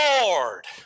Lord